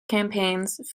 campaigns